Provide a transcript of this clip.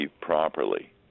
properly